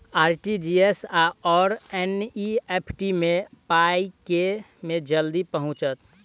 RTGS आओर NEFT मे पाई केँ मे जल्दी पहुँचत?